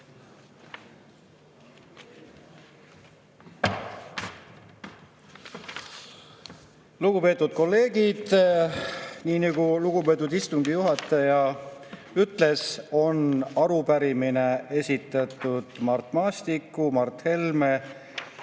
Lugupeetud kolleegid! Nii nagu lugupeetud istungi juhataja ütles, arupärimine on esitatud Mart Maastiku, Mart Helme,